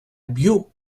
biot